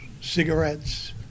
cigarettes